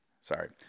sorry